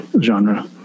genre